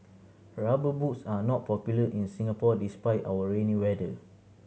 Rubber Boots are not popular in Singapore despite our rainy weather